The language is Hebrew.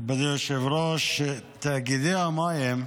מכובדי היושב-ראש, תאגידי המים,